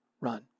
run